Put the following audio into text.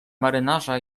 marynarza